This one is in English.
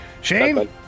Shane